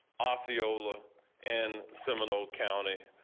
osceola and seminole county.